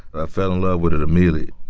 ah fell in love with it. amirli.